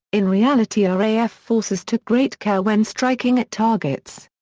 in reality ah raf forces took great care when striking at targets.